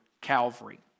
Calvary